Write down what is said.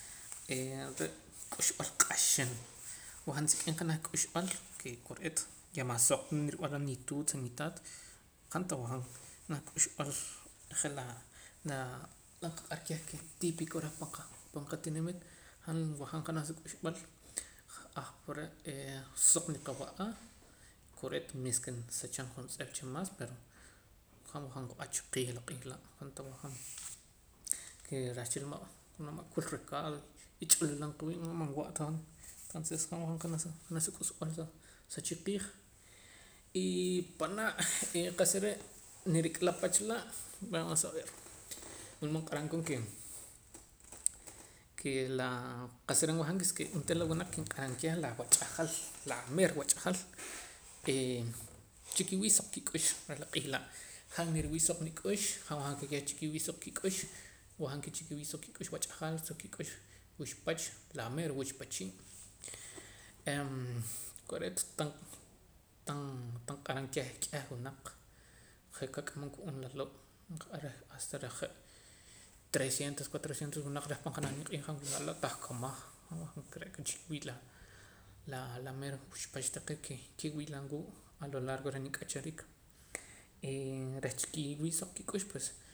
Ee re' k'uxb'al q'axin wajaam sik'im junaj k'uxb'al ke kore'eet ya man yah soq ta rib'aram nituut nitaat han tan wajam naj k'uxb'al je laa la nqaq'ar keh ke típico pan qa qatinimiit han wajaam janaj sa k'uxb'al ahpare' soq niqawa'a kore'eet meska nsacham juntz'ep cha mas pero han wajaam wach chiqiij la q'iij laa' han tah wajaam ke rahchila ma' naj ma' kul ricaldo y ch'ululan qa wiib' man wa'ta han entonces han wajaam sa sa k'uxb'al sa chiqiij y panaa' qa'sa re' nirik'a la pach laa' vamos a ver wulmood q'aram koon ke kee la qa'sa re' wajaam es ke onteera la wunaq nq'aram keh la wach'ajal la meer wach'ajal ee chikii' wii' suq kik'ux la q'iij laa' han niriwii' suq nik'ux han wajaam ke keh chiki'wii' suq kik'ux wajaam ke chiki'wii' suq kik'ux wach'ajal suq kik'ux wuxpach la meer wuchpachiil kore'eet tan tan q'aram keh k'eh wunaq ke' kak'amam ka'uub' yahwur nqaq'ar keh haste je' trescientos o cuatrocientos wunaq reh pan janaj nimq'iij han wila' laa' tahkamaj han wajaam chiki' wii' la laa meer wuxpach taqee' ke kiwi'lam wuu' a lo largo reh nik'achariik ee reh chikiwii' suq kik'ux pues